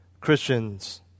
Christians